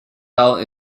down